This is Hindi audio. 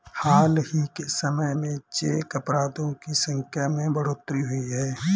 हाल ही के समय में चेक अपराधों की संख्या में बढ़ोतरी हुई है